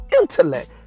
intellect